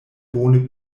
bone